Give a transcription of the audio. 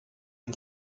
the